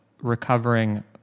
recovering